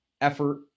effort